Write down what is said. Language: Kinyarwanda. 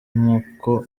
nkuko